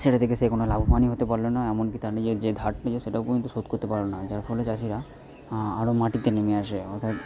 সেটা থেকে সে কোনো লাভবানই হতে পারল না এমনকি তার নিজের যে ধার নিয়েছে সেটাও কিন্তু শোধ করতে পারল না যার ফলে চাষিরা আরও মাটিতে নেমে আসে অর্থাৎ